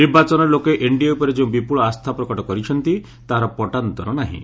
ନିର୍ବାଚନରେ ଲୋକେ ଏନ୍ଡିଏ ଉପରେ ଯେଉଁ ବିପୁଳ ଆସ୍ଥା ପ୍ରକଟ କରିଛନ୍ତି ତାହାର ପଟାନ୍ତର ନାହିଁ